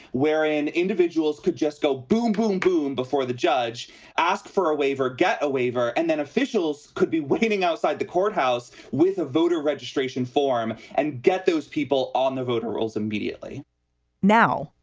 wherein individuals could just go boom, boom, boom before the judge asked for a waiver or get a waiver. and then officials could be waiting outside the courthouse with a voter registration form and get those people on the voter rolls immediately now,